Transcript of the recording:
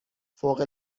فوق